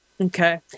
okay